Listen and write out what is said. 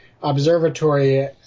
Observatory